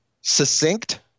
Succinct